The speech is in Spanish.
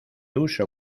uso